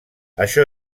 això